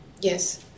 Yes